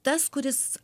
tas kuris